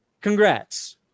Congrats